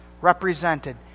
represented